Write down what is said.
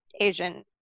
Asian